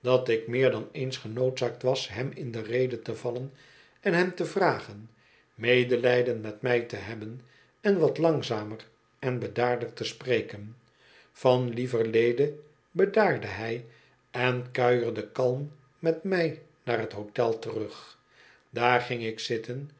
dat ik meer dan eens genoodzaakt was hem in de rede te vallen en hem te vragen medelijden met mij te hebben en wat langzamer en bedaarder te spreken van lieverlede bedaarde hij en kuierde kalm met mij naar t hotel terug daar ging ik zitten